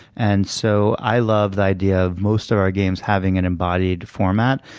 and so i love the idea of most of our games having an embodied format.